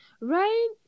right